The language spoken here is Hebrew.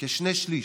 כשני-שלישים.